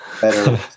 better